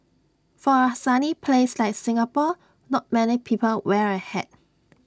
for A sunny place like Singapore not many people wear A hat